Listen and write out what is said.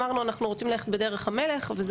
אמרנו שאנחנו רוצים ללכת בדרך המלך; זה